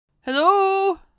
hello